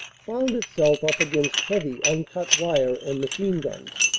found itself up against heavy uncut wire and machine-guns.